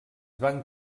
van